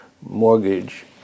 mortgage